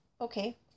okay